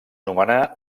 nomenà